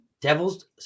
devils